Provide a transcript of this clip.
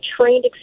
trained